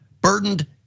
burdened